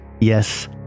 Yes